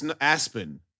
Aspen